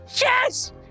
Yes